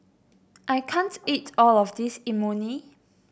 I can't eat all of this Imoni